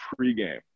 pregame